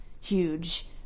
huge